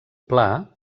pla